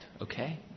Okay